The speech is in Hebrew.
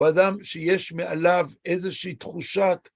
באדם שיש מעליו איזושהי תחושת